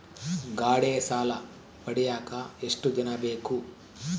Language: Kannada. ಗಾಡೇ ಸಾಲ ಪಡಿಯಾಕ ಎಷ್ಟು ದಿನ ಬೇಕು?